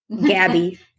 Gabby